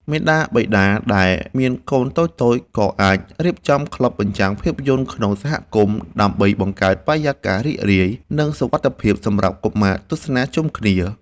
មាតាបិតាដែលមានកូនតូចៗ ក៏អាចរៀបចំក្លឹបបញ្ចាំងភាពយន្តក្នុងសហគមន៍ ដើម្បីបង្កើតបរិយាកាសរីករាយ និងសុវត្ថិភាពសម្រាប់កុមារទស្សនាជុំគ្នា។